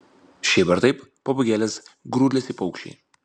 šiaip ar taip papūgėlės grūdlesiai paukščiai